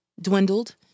dwindled